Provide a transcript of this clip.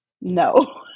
No